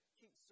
keep